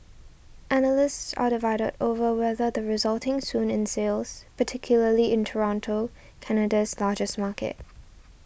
analysts are divided over whether the resulting swoon in sales particularly in Toronto Canada's largest market